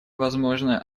возможно